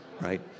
right